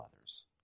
others